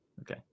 Okay